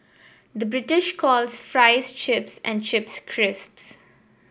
the British calls fries chips and chips crisps